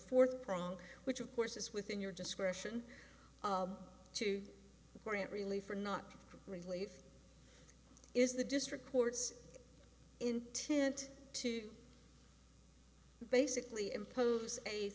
fourth prong which of course is within your discretion to grant relief or not relief is the district court's intent to basically impose a